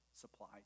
supply